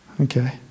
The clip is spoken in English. Okay